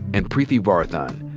and preeti varathan.